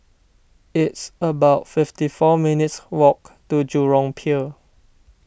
it's about fifty four minutes' walk to Jurong Pier